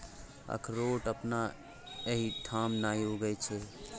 अकरोठ अपना एहिठाम नहि उगय छै